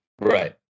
Right